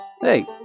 Hey